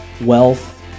wealth